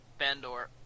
Bandor